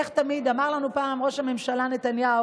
איך אמר לנו פעם ראש הממשלה נתניהו?